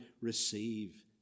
receive